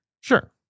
Sure